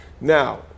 Now